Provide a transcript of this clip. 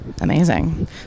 Amazing